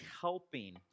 helping